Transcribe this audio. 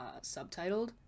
subtitled